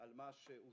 על מה שהושג,